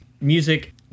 music